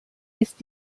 ist